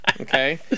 okay